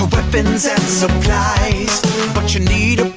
weapons and supplies but you need